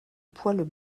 poils